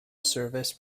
service